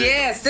Yes